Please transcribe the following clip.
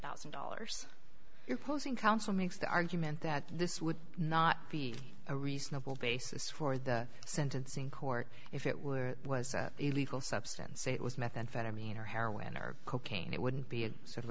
thousand dollars imposing counsel makes the argument that this would not be a reasonable basis for the sentencing court if it were was illegal substance say it was methamphetamine or heroin or cocaine it wouldn't be a sort of